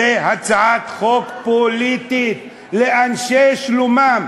זאת הצעת חוק פוליטית לאנשי שלומם.